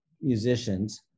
musicians